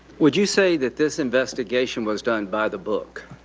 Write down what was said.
would you say that this investigation was done by the book?